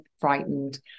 frightened